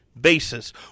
basis